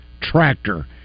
tractor